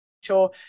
sure